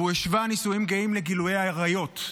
והוא השווה נישואים גאים לגילוי עריות,